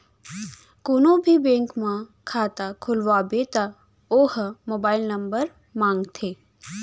कोनो भी बेंक म खाता खोलवाबे त ओ ह मोबाईल नंबर मांगथे